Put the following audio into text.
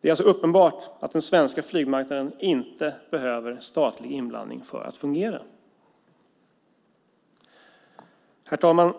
Det är alltså uppenbart att den svenska flygmarknaden inte behöver statlig inblandning för att fungera. Herr talman!